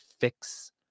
fix